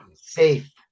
safe